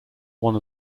one